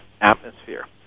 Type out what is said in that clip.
atmosphere